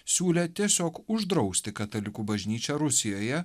siūlė tiesiog uždrausti katalikų bažnyčią rusijoje